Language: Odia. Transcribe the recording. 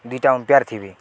ଦୁଇଟା ଅମପ୍ୟାର୍ ଥିବେ